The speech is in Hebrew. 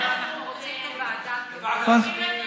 אנחנו רוצים גם ועדה, לחדרי המיון.